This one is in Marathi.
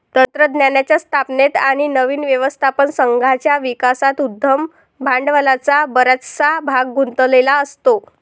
तंत्रज्ञानाच्या स्थापनेत आणि नवीन व्यवस्थापन संघाच्या विकासात उद्यम भांडवलाचा बराचसा भाग गुंतलेला असतो